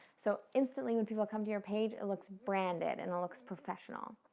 so instantly when people come to your page it looks branded and it looks professional.